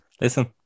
Listen